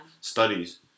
studies